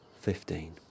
fifteen